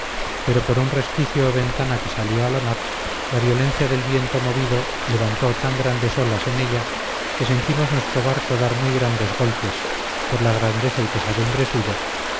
pero por un resquicio o ventana que salía a la mar la violencia del viento movido levantó tan grandes olas en ella que sentimos nuestro barco dar muy grandes golpes por la grandeza y pesadumbre suya